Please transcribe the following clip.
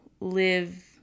live